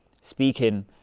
speaking